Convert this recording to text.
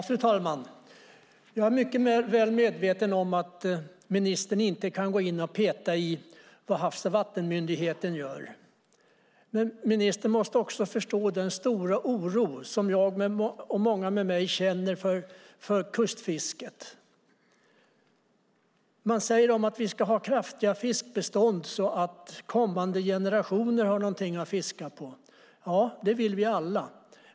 Fru talman! Jag är mycket väl medveten om att ministern inte kan gå in och peta i vad Havs och vattenmyndigheten gör. Men ministern måste förstå den stora oro som jag och många med mig känner för kustfisket. Man säger att vi ska ha kraftiga fiskbestånd så att kommande generationer har någonting att fiska på. Ja, det vill vi alla.